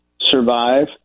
survive